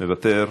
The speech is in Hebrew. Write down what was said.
מוותר,